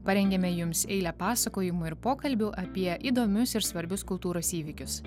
parengėme jums eilę pasakojimų ir pokalbių apie įdomius ir svarbius kultūros įvykius